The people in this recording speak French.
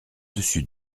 dessus